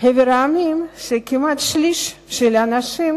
חבר המדינות שבה כמעט שליש מהאנשים